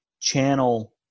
channel